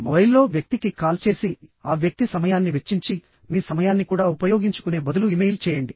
mobile లో వ్యక్తికి call చేసి ఆ వ్యక్తి సమయాన్ని వెచ్చించి మీ సమయాన్ని కూడా ఉపయోగించుకునే బదులు ఇమెయిల్ చేయండి